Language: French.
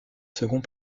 second